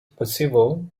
percival